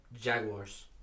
Jaguars